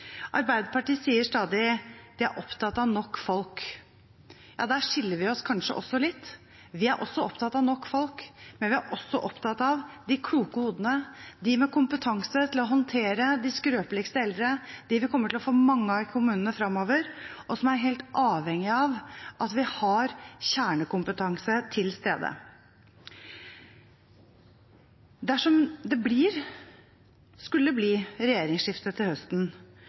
Arbeiderpartiet sier stadig at de er opptatt av nok folk. Ja, der skiller vi oss kanskje også litt. Vi er også opptatt av nok folk, men vi er også opptatt av de kloke hodene, de med kompetanse til å håndtere de skrøpeligste eldre, de vi kommer til å få mange av i kommunene framover, og som er helt avhengige av at vi har kjernekompetanse til stede. Dersom det skulle bli regjeringsskifte til høsten,